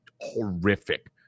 horrific